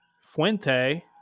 Fuente